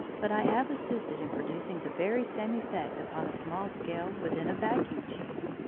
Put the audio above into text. but i have assisted in producing the very same effect upon a small scale within a vacuum tube.